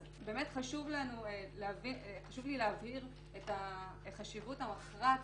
אז חשוב לי להבהיר את החשיבות המכרעת